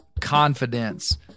confidence